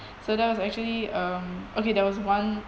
so there was actually um okay there was one